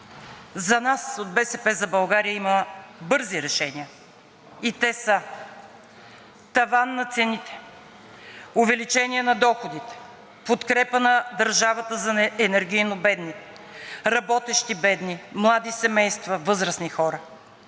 За нас от „БСП за България“ има бързи решения и те са: таван на цените, увеличение на доходите, подкрепа на държавата за енергийно бедните, работещите бедни, младите семейства, възрастните хора.